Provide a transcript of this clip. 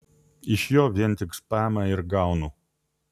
iš jo vien tik spamą ir gaunu